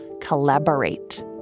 collaborate